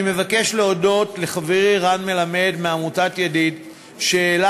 אני מבקש להודות לחברי רן מלמד מעמותת "ידיד" שהעלה